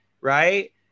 Right